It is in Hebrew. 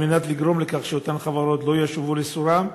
על מנת לגרום לכך שאותן חברות לא ישובו לסורן?